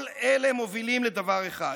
כל אלה מובילים לדבר אחד: